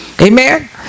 Amen